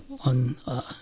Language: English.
on –